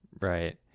right